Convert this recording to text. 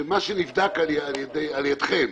שמה שנבדק על ידכם,